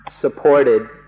supported